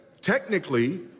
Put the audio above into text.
Technically